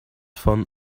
von